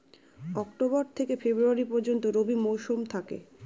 October থেকে February পর্যন্ত রবি মৌসুম থাকে